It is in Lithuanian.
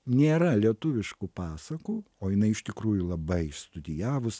nėra lietuviškų pasakų o jinai iš tikrųjų labai išstudijavus